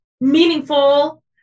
meaningful